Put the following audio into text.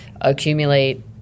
accumulate